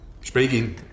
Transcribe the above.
Speaking